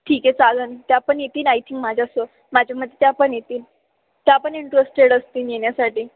ठीक आहे चालेल त्या पण येतील आयथिंक माझ्यासो माझ्या मग त्या पण येतील त्या पण इंटरेस्टेड असतील येण्यासाठी